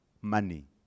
money